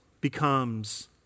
becomes